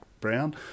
Brown